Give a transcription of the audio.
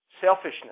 selfishness